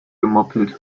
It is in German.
gemoppelt